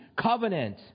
covenant